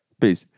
Peace